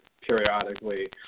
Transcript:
periodically